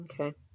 Okay